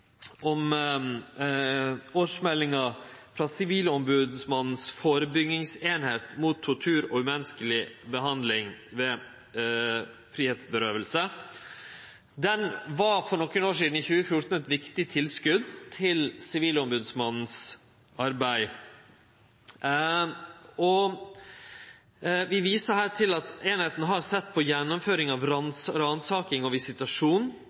årsmeldinga frå Sivilombodsmannens førebyggingsavdeling mot tortur og umenneskeleg behandling ved fridomskrenking. Ho var for nokre år sidan, i 2014, eit viktig tilskot til Sivilombodsmannen sitt arbeid. Vi viser til at avdelinga har sett på gjennomføring av ransaking og visitasjon,